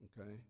okay